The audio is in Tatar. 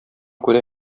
күрә